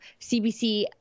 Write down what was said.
CBC